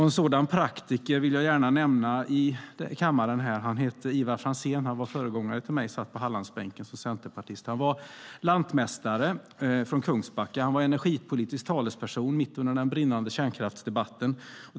En sådan praktiker vill jag gärna nämna här i kammaren. Han heter Ivar Franzén och var centerpartistisk föregångare till mig på Hallandsbänken. Han var lantmästare från Kungsbacka och energipolitisk talesperson mitt under den brinnande kärnkraftsdebatten.